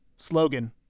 Slogan